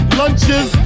lunches